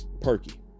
perky